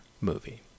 movie